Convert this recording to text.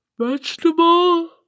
Vegetable